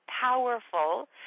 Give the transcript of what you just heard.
powerful